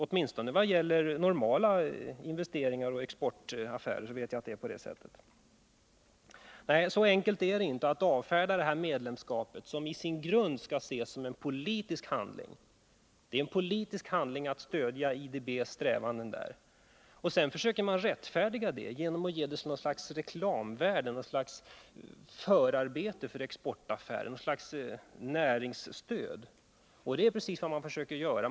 Åtminstone när det gäller normala investeringar och exportaffärer vet jag att det är på det sättet. Nej, så enkelt är det inte att avfärda det här medlemskapet, som i sin grund skall ses som en politisk handling. Det är en politisk handling att stödja IDB:s strävanden. Sedan försöker man rättfärdiga det genom att ge det någon sorts reklamvärde, något slags förarbete för exportaffärer eller något slags näringsstöd. Detta är precis vad man försöker göra.